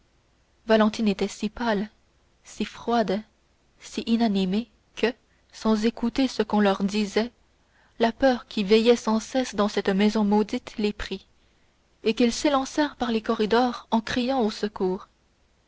valentine était si pâle si froide si inanimée que sans écouter ce qu'on leur disait la peur qui veillait sans cesse dans cette maison maudite les prit et qu'ils s'élancèrent par les corridors en criant au secours